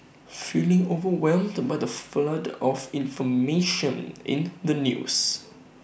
feeling overwhelmed the by the flood of information in the news